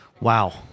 Wow